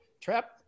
Trap